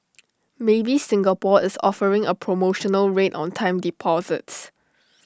maybank Singapore is offering A promotional rate on time deposits